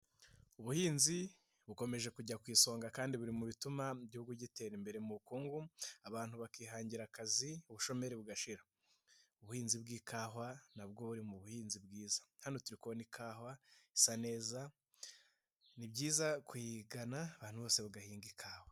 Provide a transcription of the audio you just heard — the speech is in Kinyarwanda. Ubuhinzi bukomeje kujya ku isonga kandi buri mu bituma igihugu gitera imbere mu bukungu abantu bakihangira akazi ubushomeri bugashira, ubuhinzi bw'ikawa nabwo buri mu buhinzi bwiza hano turi kubona ikawa isa neza ni byiza kuyigana abantu bose bagahinga ikawa.